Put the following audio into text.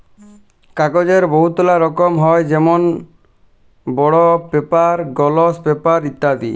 কাগ্যজের বহুতলা রকম হ্যয় যেমল বল্ড পেপার, গলস পেপার ইত্যাদি